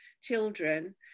children